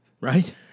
right